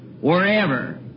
wherever